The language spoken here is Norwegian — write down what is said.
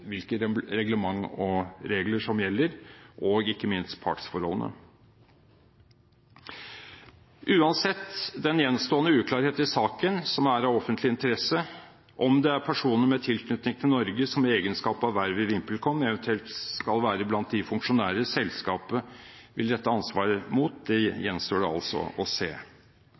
hvilke reglementer og regler som gjelder, og ikke minst på partsforholdene. Uansett – den gjenstående uklarheten som er av offentlig interesse i saken, er om det er personer med tilknytning til Norge som i egenskap av verv i VimpelCom eventuelt skal være blant de funksjonærene selskapet vil rette ansvaret mot, og det gjenstår det altså å se.